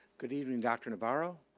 good evening dr. navarro,